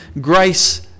grace